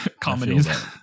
comedies